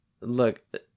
look